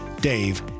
Dave